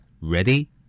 Ready